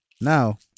Now